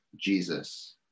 Jesus